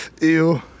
Ew